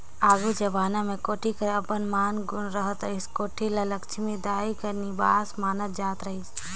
आघु जबाना मे कोठी कर अब्बड़ मान गुन रहत रहिस, कोठी ल लछमी दाई कर निबास मानल जात रहिस